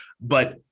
But-